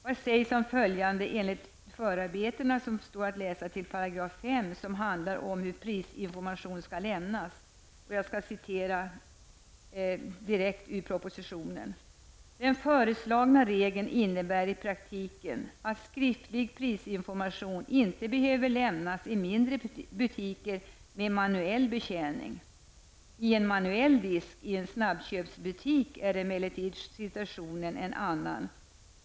Vad sägs om följande enligt förarbetena till 5 §, som handlar om hur prisinformation skall lämnas? Jag citerar direkt ur propositionen: ''Den föreslagna regeln innebär i praktiken att skriftlig prisinformation inte behöver lämnas i mindre butiker med manuell betjäning. I en manuell disk i en snabbköpsbutik är emellertid situationen en annan.